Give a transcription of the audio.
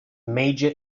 major